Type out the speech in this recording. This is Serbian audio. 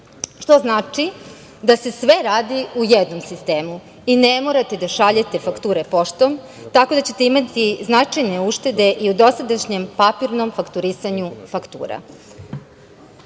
što znači da se sve radi u jednom sistemu i ne morate da šaljete fakture poštom, tako da ćete imati značajne uštede i u dosadašnjem papirnom fakturisanju faktura. Predmet